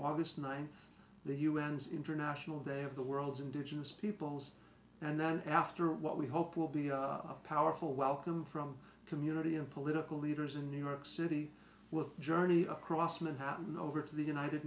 august th the u n says international day of the world's indigenous peoples and then after what we hope will be a powerful welcome from community and political leaders in new york city will journey across manhattan over to the united